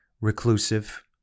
reclusive